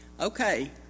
Okay